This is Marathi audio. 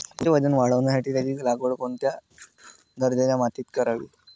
ऊसाचे वजन वाढवण्यासाठी त्याची लागवड कोणत्या दर्जाच्या मातीत करावी?